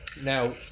Now